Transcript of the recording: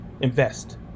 Invest